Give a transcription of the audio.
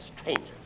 strangers